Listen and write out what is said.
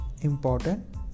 important